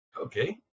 Okay